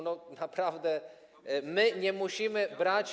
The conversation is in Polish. Naprawdę, my nie musimy brać.